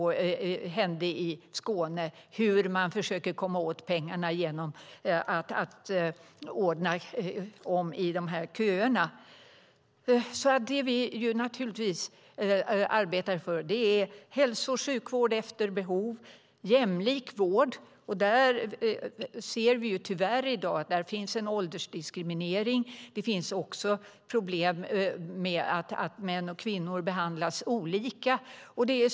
Jag tänker på det som hände i Skåne, hur man försökte komma åt pengarna genom att ordna om i de här köerna. Det vi naturligtvis arbetar för är hälso och sjukvård efter behov. Vi arbetar även för jämlik vård, och där ser vi tyvärr i dag att det finns en åldersdiskriminering. Det finns också problem med att män och kvinnor behandlas olika.